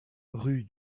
rue